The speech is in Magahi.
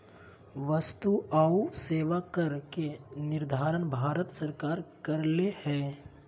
वस्तु आऊ सेवा कर के निर्धारण भारत सरकार कर रहले हें